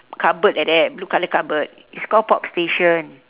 cupboard like that blue color cupboard it's called pop station